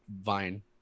Vine